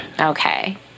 okay